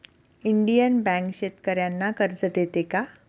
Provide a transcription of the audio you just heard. Indian bank शेतकर्यांना कर्ज देते का?